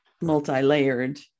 multi-layered